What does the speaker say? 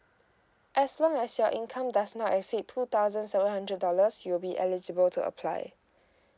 as long as your income does not exceed two thousand seven hundred dollars you'll be eligible to apply